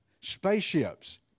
spaceships